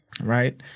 right